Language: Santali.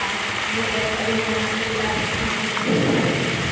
ᱟᱨ ᱩᱱᱤᱭᱟᱜ ᱵᱟᱨᱮᱛᱮ ᱟᱹᱵᱤᱱ ᱡᱟᱦᱟᱱᱟᱜ ᱠᱚᱜᱮ ᱟᱨ ᱚᱱᱟ ᱠᱷᱚᱱ ᱡᱟᱹᱥᱛᱤ ᱵᱮᱱ ᱵᱟᱰᱟᱭᱟ